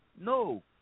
No